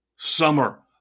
Summer